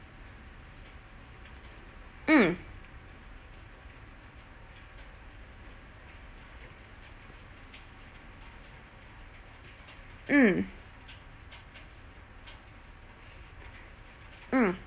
mm mm mm